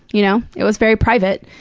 you know it was very private.